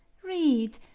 read,